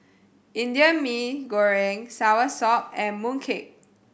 Indian Mee Goreng Soursop and Mooncake